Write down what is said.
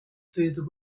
further